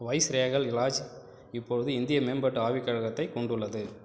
viceregal lodge இப்போது இந்திய மேம்பட்ட ஆய்வுக் கழகத்தைக் கொண்டுள்ளது